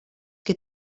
que